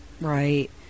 Right